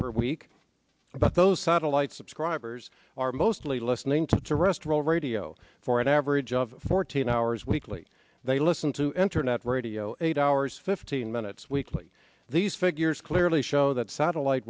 per week about those satellite subscribers are mostly listening to restoral radio for an average of fourteen hours weekly they listen to enter net radio eight hours fifteen minutes weekly these figures clearly show that satellite